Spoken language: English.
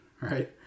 right